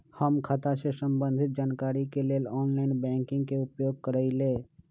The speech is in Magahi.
हम खता से संबंधित जानकारी के लेल ऑनलाइन बैंकिंग के उपयोग करइले